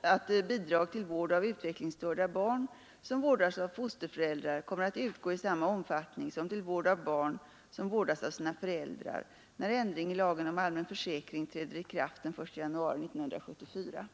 att bidrag till vård av utvecklingsstörda barn som vårdas av fosterföräldrar kommer att utgå i samma omfattning som till vård av barn som vårdas av sina föräldrar, när ändring i lagen om allmän försäkring träder i kraft den 1 januari 1974.